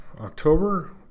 October